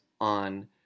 on